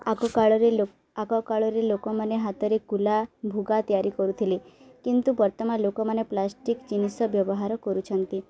ଆଗ କାଳରେ ଲୋ ଆଗ କାଳରେ ଲୋକମାନେ ହାତରେ କୁଲା ଭୁଗା ତିଆରି କରୁଥିଲେ କିନ୍ତୁ ବର୍ତ୍ତମାନ ଲୋକମାନେ ପ୍ଲାଷ୍ଟିକ ଜିନିଷ ବ୍ୟବହାର କରୁଛନ୍ତି